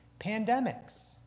pandemics